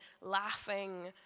laughing